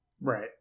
Right